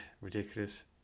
ridiculous